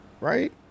Right